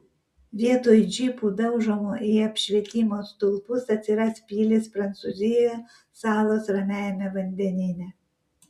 vietoj džipų daužomų į apšvietimo stulpus atsiras pilys prancūzijoje salos ramiajame vandenyne